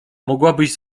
mogłabyś